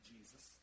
Jesus